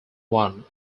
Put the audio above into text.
one